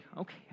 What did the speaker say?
okay